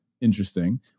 Interesting